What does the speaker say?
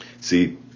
See